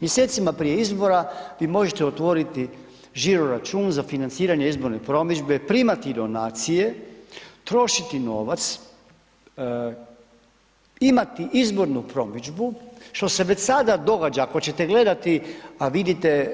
Mjesecima prije izbora, vi možete otvoriti žiro račun za financiranje izborne promidžbe, primati donacije, trošiti novac, imati izbornu promidžbu, što se već sada događa, ako ćete gledati, a vidite,